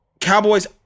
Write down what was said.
Cowboys